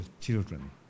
children